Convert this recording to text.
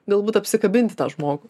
galbūt apsikabinti tą žmogų